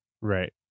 Right